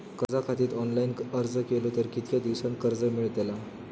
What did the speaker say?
कर्जा खातीत ऑनलाईन अर्ज केलो तर कितक्या दिवसात कर्ज मेलतला?